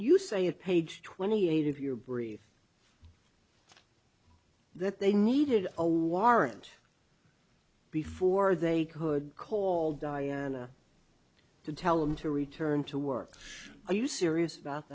you say a page twenty eight of your brief that they needed oh aren't before they could call diana to tell them to return to work are you serious about